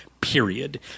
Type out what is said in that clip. Period